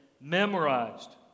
Memorized